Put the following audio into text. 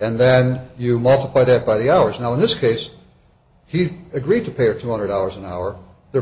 and then you multiply that by the hours now in this case he agreed to pay two hundred dollars an hour there